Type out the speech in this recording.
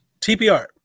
TPR